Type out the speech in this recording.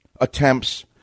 attempts